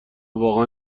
واقعا